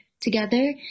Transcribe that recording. together